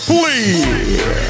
Please